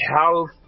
health